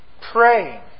praying